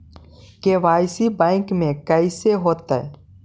KYC bank में कैसे होतै?